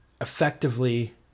effectively